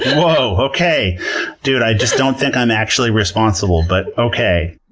whoa, okay dude. i just don't think i'm actually responsible, but, okay.